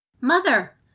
Mother